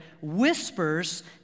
whispers